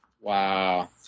wow